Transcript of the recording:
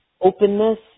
openness